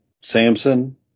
Samson